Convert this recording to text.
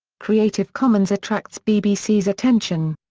creative commons attracts bbc's attention.